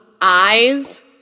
eyes